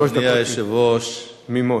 שלוש דקות תמימות.